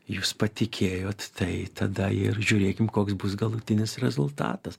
jūs patikėjot tai tada ir žiūrėkim koks bus galutinis rezultatas